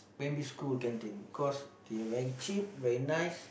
primary school canteen of course they very cheap very nice